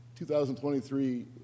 2023